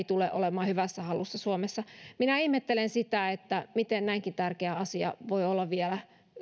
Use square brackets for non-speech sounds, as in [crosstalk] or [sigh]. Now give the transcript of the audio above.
[unintelligible] tule olemaan hyvässä hallussa suomessa minä ihmettelen sitä miten näinkin tärkeä asia voi olla vielä